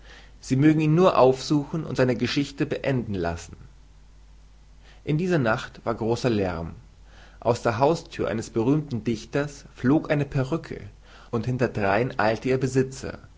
sie mögen ihn nur aufsuchen und seine geschichte beenden lassen in dieser nacht war grosser lerm aus der hausthür eines berühmten dichters flog eine perücke und hinter drein eilte ihr besitzer